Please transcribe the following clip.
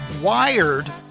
wired